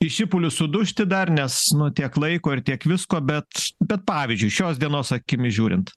į šipulius sudužti dar nes nu tiek laiko ir tiek visko bet bet pavyzdžiui šios dienos akimis žiūrint